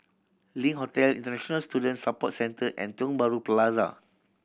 Link Hotel International Student Support Centre and Tiong Bahru Plaza